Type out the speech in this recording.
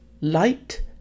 light